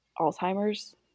alzheimer's